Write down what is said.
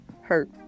Hurt